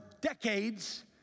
decades